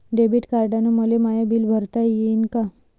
Debit कार्डानं मले my bill भरता येईन का?